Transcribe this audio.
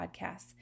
podcasts